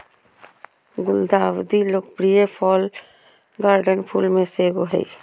गुलदाउदी लोकप्रिय fall garden फूल में से एगो हइ